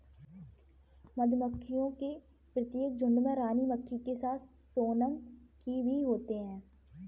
मधुमक्खियों के प्रत्येक झुंड में रानी मक्खी के साथ सोनम की भी होते हैं